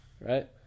right